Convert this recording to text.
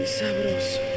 sabroso